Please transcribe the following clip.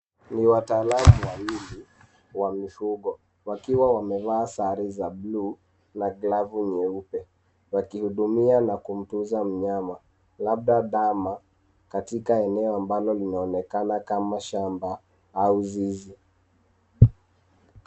Ni wataalamu wawili wa mifugo wakiwa wamevaa sare za buluu na glavu nyeupe wakihudumia na kumtunza mnyama labda ndama katika eneo ambalo linaloonekana kama shamba au zizi.